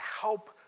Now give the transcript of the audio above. help